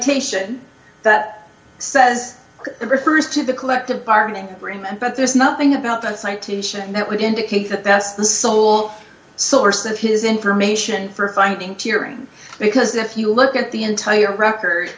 tation that says it refers to the collective bargaining agreement but there's nothing about that citation that would indicate that that's the sole source of his information for finding tearing because if you look at the entire record